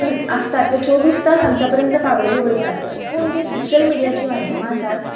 घडत आसता तें चोव्वीस तास आमच्या पर्यंत पावयल्यो वतात पूण जी सोशल मिडियमाची जी माध्यमां आसात